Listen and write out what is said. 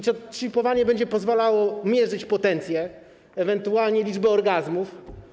Czy czipowanie będzie pozwalało mierzyć potencję, ewentualnie liczbę orgazmów?